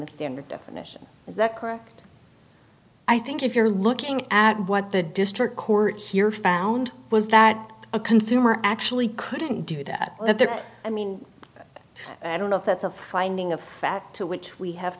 the standard definition is that correct i think if you're looking at what the district court here found was that a consumer actually couldn't do that let their cut i mean i don't know if that's a finding of fact to which we have